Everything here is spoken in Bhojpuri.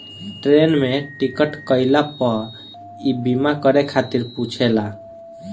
ट्रेन में टिकट कईला पअ इ बीमा करे खातिर पुछेला